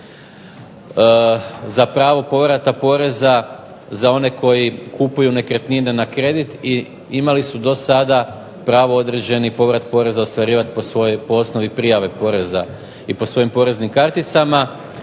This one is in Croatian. za pravo povrata poreza za one koji kupuju nekretnine na kredit i imali su do sada pravo određeni povrat poreza ostvarivati po osnovi prijave poreza i po svojim poreznim karticama,